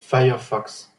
firefox